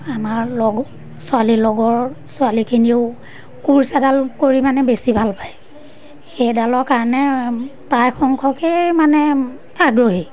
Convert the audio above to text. আমাৰ লগ ছোৱালী লগৰ ছোৱালীখিনিয়েও কোৰচাডাল কৰি মানে বেছি ভাল পায় সেইডালৰ কাৰণে প্ৰায় সংখ্যকেই মানে আগ্ৰহী